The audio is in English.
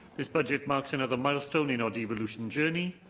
this budget marks another milestone in our devolution journey.